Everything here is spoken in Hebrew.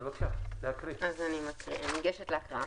בבקשה, לקרוא.